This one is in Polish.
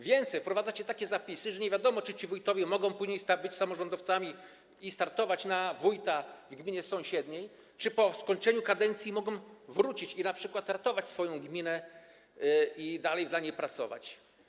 Więcej: wprowadzacie takie zapisy, że nie wiadomo, czy ci wójtowie mogą później być samorządowcami i startować na wójta w gminie sąsiedniej, czy po skończeniu kadencji mogą wrócić i np. ratować swoją gminę i dalej dla niej pracować.